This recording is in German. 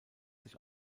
sich